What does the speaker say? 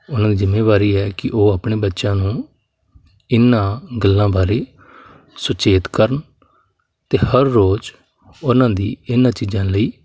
ਉਹਨਾਂ ਨੂੰ ਜ਼ਿੰਮੇਵਾਰੀ ਹੈ ਕਿ ਉਹ ਆਪਣੇ ਬੱਚਿਆਂ ਨੂੰ ਇਹਨਾ ਗੱਲਾਂ ਬਾਰੇ ਸੁਚੇਤ ਕਰਨ ਅਤੇ ਹਰ ਰੋਜ਼ ਉਹਨਾਂ ਦੀ ਇਹਨਾਂ ਚੀਜ਼ਾਂ ਲਈ